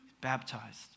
Baptized